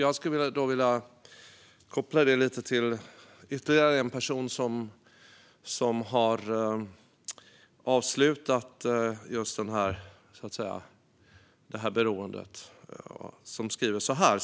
Jag skulle vilja koppla detta till ytterligare en person som har avslutat detta beroende och som skriver så här: